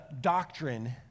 doctrine